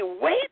Wait